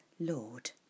Lord